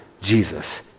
Jesus